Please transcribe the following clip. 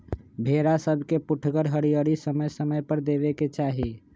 भेड़ा सभके पुठगर हरियरी समय समय पर देबेके चाहि